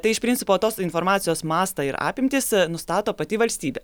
tai iš principo tos informacijos mastą ir apimtis nustato pati valstybė